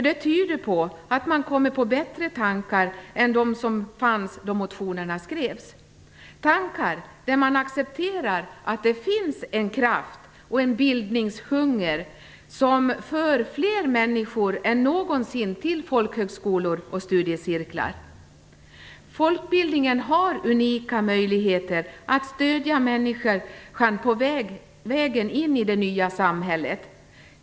Det tyder på att man har kommit på bättre tankar än de som fanns då motionerna skrevs, att man accepterar att det finns en kraft och en bildningshunger som för fler människor än någonsin till folkhögskolor och studiecirklar. Folkbildningen har unika möjligheter att stödja människan på vägen in i det nya samhället.